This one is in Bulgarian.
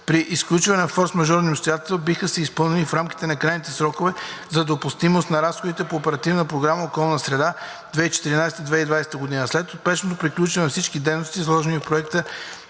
при изключване на форсмажорни обстоятелства, биха се изпълнили в рамките на крайните срокове за допустимост на разходите по Оперативна програма „Околна среда 2014 – 2020 г.“. След успешното приключване на всички дейности, заложени в проект